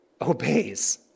obeys